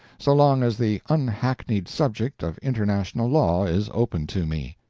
so long as the unhackneyed subject of international law is open to me.